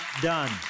done